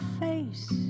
face